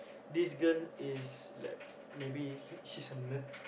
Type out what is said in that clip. this girl is like maybe she's a nerd